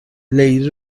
لیلی